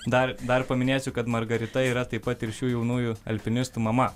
dar dar paminėsiu kad margarita yra taip pat ir šių jaunųjų alpinistų mama